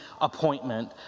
appointment